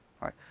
right